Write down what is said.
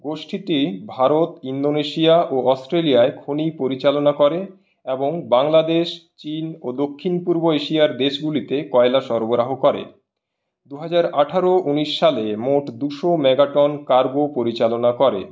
গোষ্ঠীটি Bharat Indonesia ও অস্ট্রেলিয়ায় খনি পরিচালনা করে এবং বাংলাদেশ চীন ও দক্ষিণ পূর্ব এশিয়ার দেশগুলিতে কয়লা সরবরাহ করে দুহাজার আঠারো উনিশ সালে মোট দুশো মেগাটন কার্গো পরিচালনা করে